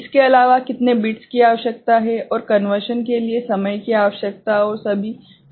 इसके अलावा कितने बिट्स की आवश्यकता है और कन्वर्शन के लिए समय की आवश्यकता और सभी ठीक है